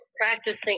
practicing